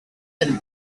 and